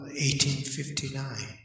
1859